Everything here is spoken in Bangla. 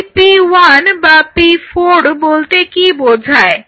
এই P1 বা P4 বলতে কী বোঝায়